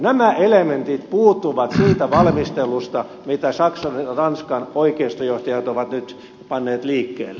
nämä elementit puuttuvat siitä valmistelusta mitä saksan ja ranskan oikeistojohtajat ovat nyt panneet liikkeelle